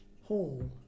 Hall